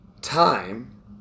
time